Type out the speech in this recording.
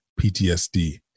PTSD